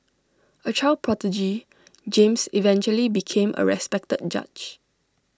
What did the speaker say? A child prodigy James eventually became A respected judge